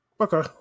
Okay